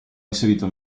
inserito